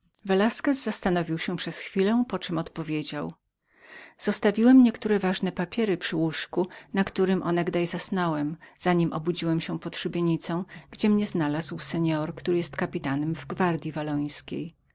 velasquez zastanowił się przez chwilę poczem odpowiedział zostawiłem niektóre ważne papiery obok garści słomy na której onegdaj spoczywałem wtedy gdy obudziłem się pod szubienicą gdzie mnie znalazł seor który jest kapitanem w